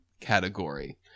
category